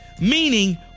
meaning